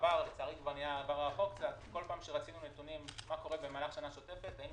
בעבר כל פעם שרצינו נתונים על מה שקורה במהלך שנה שוטפת היינו